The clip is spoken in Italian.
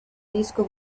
disco